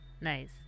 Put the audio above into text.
Nice